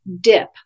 dip